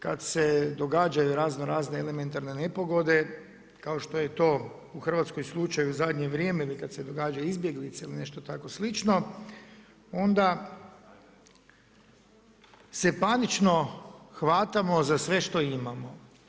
Kada se događaju razno razne elementarne nepogode kao što je to u Hrvatskoj slučaj u zadnje vrijeme ili kada se događaju izbjeglice ili nešto tako slično, onda se panično hvatamo za sve što imamo.